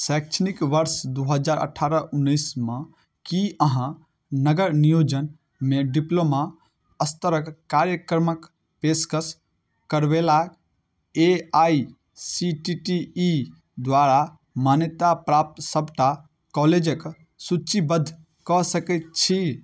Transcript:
शैक्षणिक वर्ष दुइ हजार अठारह उनैसमे कि अहाँ नगर नियोजनमे डिप्लोमा स्तरके कार्यक्रमके पेशकश करैवला A I C T T E द्वारा मान्यताप्राप्त सबटा कॉलेजके सूचीबद्ध कऽ सकै छी